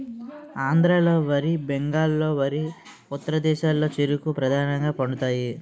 ఆంధ్రాలో వరి బెంగాల్లో వరి ఉత్తరప్రదేశ్లో చెరుకు ప్రధానంగా పండుతాయి